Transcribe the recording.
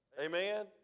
Amen